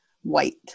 white